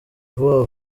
vuba